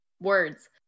words